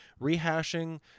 rehashing